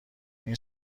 این